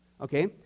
okay